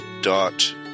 dot